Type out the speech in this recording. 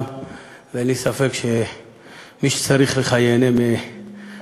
ואין לי ספק שמי שצריך לך ייהנה מהעשייה.